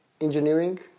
engineering